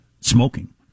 smoking